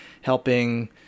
helping